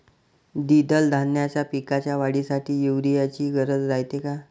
द्विदल धान्याच्या पिकाच्या वाढीसाठी यूरिया ची गरज रायते का?